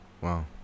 Wow